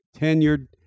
tenured